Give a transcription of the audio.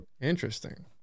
Interesting